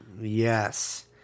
Yes